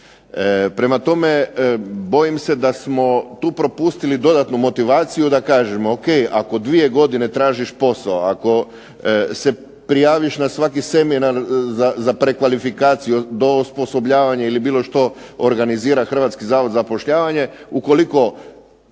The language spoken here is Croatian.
Prema tome, bojim se da smo tu propustili dodatnu motivaciju da kažemo ok, ako 2 godine tražiš posao, ako se prijaviš na svaki seminar za prekvalifikaciju do osposobljavanja ili bilo što što organizira Hrvatski zavod za zapošljavanje, ukoliko